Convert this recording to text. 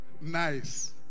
Nice